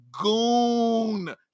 goon